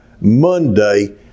Monday